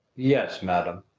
yes, madam.